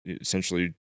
essentially